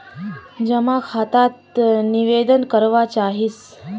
जमा खाता त निवेदन करवा चाहीस?